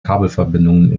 kabelverbindungen